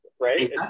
right